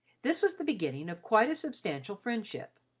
this was the beginning of quite a substantial friendship.